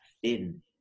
thin